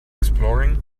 exploring